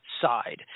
side